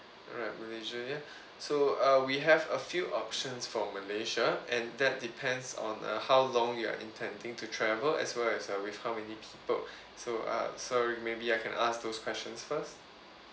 alright malaysia ya so uh we have a few options from malaysia and that depends on uh how long you are intending to travel as well as uh with how many people so uh sorry maybe I can ask those questions first